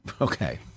Okay